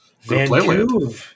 Vancouver